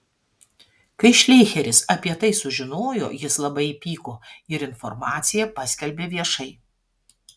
kai šleicheris apie tai sužinojo jis labai įpyko ir informaciją paskelbė viešai